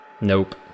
nope